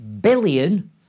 billion